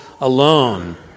alone